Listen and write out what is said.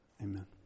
Amen